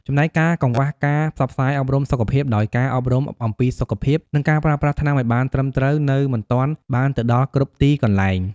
ចំណែកការកង្វះការផ្សព្វផ្សាយអប់រំសុខភាព ដោយការអប់រំអំពីសុខភាព និងការប្រើប្រាស់ថ្នាំឱ្យបានត្រឹមត្រូវនៅមិនទាន់បានទៅដល់គ្រប់ទីកន្លែង ។